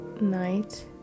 night